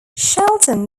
shelton